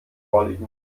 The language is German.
vorliegen